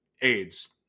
AIDS